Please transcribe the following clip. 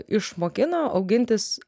išmokino augintis